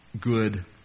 good